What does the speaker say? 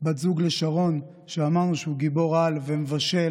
בת זוג לשרון, שאמרנו שהוא גיבור-על ומבשל